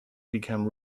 become